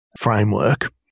framework